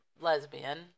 lesbian